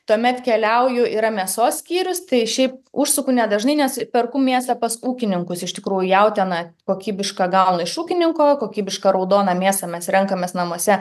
tuomet keliauju yra mėsos skyrius tai šiaip užsuku nedažnai nes perku mėsą pas ūkininkus iš tikrųjų jautieną kokybišką gaunu iš ūkininko kokybišką raudoną mėsą mes renkamės namuose